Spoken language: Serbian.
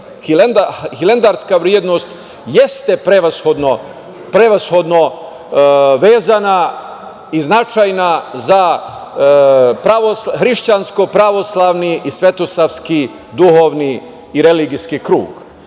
hilandarska vrednost jeste prevashodno vezana i značajna za hrišćansko pravoslavni i svetosavski duhovni i religijski krug,